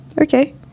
okay